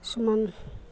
কিছুমান